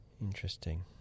Interesting